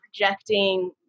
projecting